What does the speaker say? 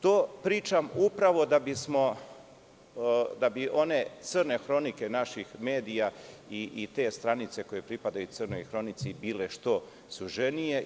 To pričam upravo da bi one crne hronike naših medija i te stranice koje pripadaju crnoj hronici bile što suženije.